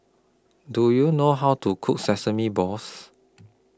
Do YOU know How to Cook Sesame Balls